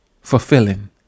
fulfilling